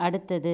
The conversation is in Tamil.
அடுத்தது